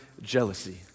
jealousy